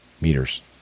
meters